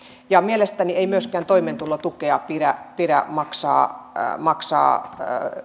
ja mielestäni ei myöskään toimeentulotukea pidä pidä maksaa maksaa